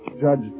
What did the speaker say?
Judge